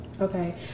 Okay